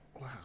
Wow